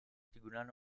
digunakan